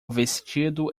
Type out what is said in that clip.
vestido